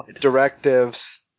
directives